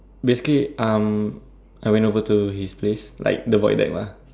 basically um I went over to his place like the void deck lah